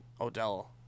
Odell